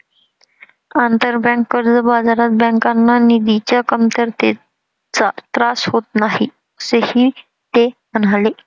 आंतरबँक कर्ज बाजारात बँकांना निधीच्या कमतरतेचा त्रास होत नाही, असेही ते म्हणाले